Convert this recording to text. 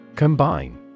Combine